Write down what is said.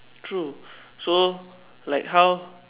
true so like how